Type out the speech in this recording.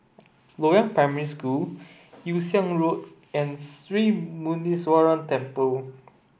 Loyang Primary School Yew Siang Road and Sri Muneeswaran Temple